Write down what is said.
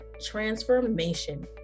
transformation